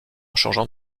changeant